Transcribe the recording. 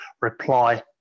reply